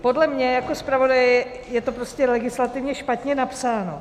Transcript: Podle mě jako zpravodaje je to prostě legislativně špatně napsáno.